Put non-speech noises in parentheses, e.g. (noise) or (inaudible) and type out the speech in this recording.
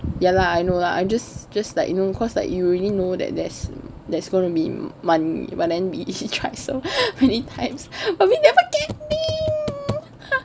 ya lah I know lah I'm just just like you know cause like you already know that there's there's gonna be money but then we tried so many times (laughs)